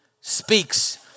speaks